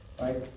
right